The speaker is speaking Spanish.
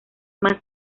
más